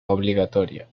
obligatoria